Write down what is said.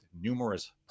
numerous